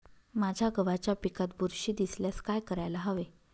माझ्या गव्हाच्या पिकात बुरशी दिसल्यास काय करायला हवे?